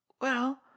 Well